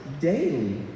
daily